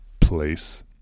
place